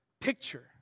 picture